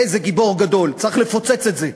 איזה גיבור גדול, "צריך לפוצץ את זה".